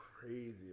Crazy